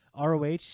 ROH